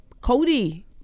Cody